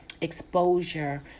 exposure